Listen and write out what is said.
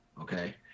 okay